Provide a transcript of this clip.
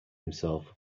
himself